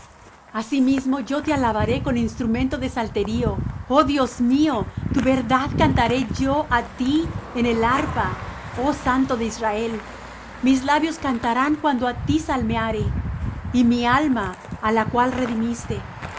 asimismo yo te alabaré con instrumento de salterio oh dios mío tu verdad cantaré yo á ti en el arpa oh santo de israel mis labios cantarán cuando á ti salmeare y mi alma á la cual redimiste